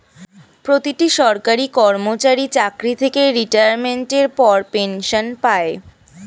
প্রতিটি সরকারি কর্মচারী চাকরি থেকে রিটায়ারমেন্টের পর পেনশন পায়